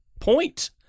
point